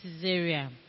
Caesarea